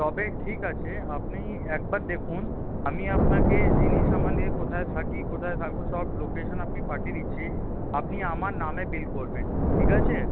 তবে ঠিক আছে আপনি একবার দেখুন আমি আপনাকে জিনিস আমাদের কোথায় থাকি কোথায় থাকব সব লোকেশন আপনি পাঠিয়ে দিচ্ছি আপনি আমার নামে বিল করবেন ঠিক আছে